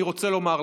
אני רוצה לומר לכם: